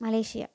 Malaysia